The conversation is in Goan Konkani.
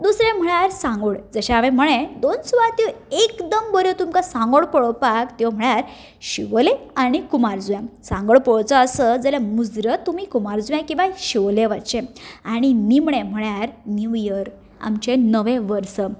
दुसरो म्हळ्यार सांगोड जशें हांवें म्हळें दोन सुवात्यो एकदम बऱ्यो तुमकां सांगोड पळोवपाक त्यो म्हळ्यार शिवोले आनी कुंभारजुव्यां सांगोड पळोवपाचो आसत जाल्यार तुमी मुजरत कुंभारजुव्यां किवां तुमी शिवोले वचचें आनी निमणें म्हळ्यार निव इयर आमचें नवें वर्स